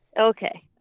okay